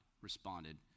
responded